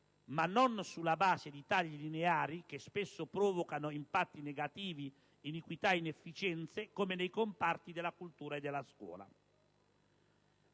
ma non sulla base di tagli lineari, che spesso provocano impatti negativi, iniquità e inefficienze, come nei comparti della cultura e della scuola.